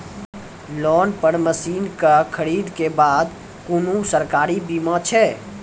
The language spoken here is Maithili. लोन पर मसीनऽक खरीद के बाद कुनू सरकारी बीमा छै?